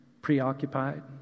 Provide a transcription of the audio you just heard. preoccupied